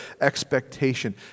expectation